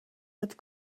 had